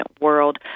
world